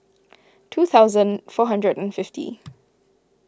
two thousand four hundred and fifty